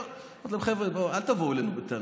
אמרתי להם: חבר'ה, אל תבואו אלינו בטענות.